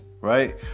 right